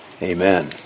Amen